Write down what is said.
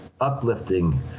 uplifting